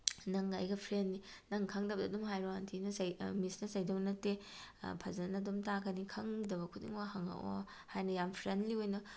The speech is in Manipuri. ꯅꯪꯒ ꯑꯩꯒ ꯐ꯭ꯔꯦꯟꯅꯤ ꯅꯪꯅ ꯈꯪꯗꯕꯗꯣ ꯑꯗꯨꯝ ꯍꯥꯏꯔꯛꯑꯣ ꯑꯟꯇꯤꯅ ꯃꯤꯁꯅ ꯆꯩꯗꯧꯕ ꯅꯠꯇꯦ ꯐꯖꯅ ꯑꯗꯨꯝ ꯇꯥꯛꯀꯅꯤ ꯈꯪꯗꯕ ꯈꯨꯗꯤꯡꯃꯛ ꯍꯪꯉꯛꯑꯣ ꯍꯥꯏꯅ ꯌꯥꯝ ꯐ꯭ꯔꯦꯟꯂꯤ ꯑꯣꯏꯅ